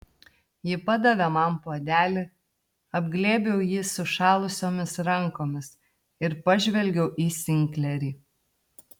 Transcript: ji padavė man puodelį apglėbiau jį sušalusiomis rankomis ir pažvelgiau į sinklerį